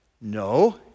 No